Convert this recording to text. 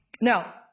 now